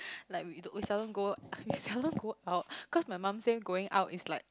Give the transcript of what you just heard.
like we we seldom go we seldom go out cause my mum say going out is like